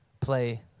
play